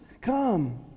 come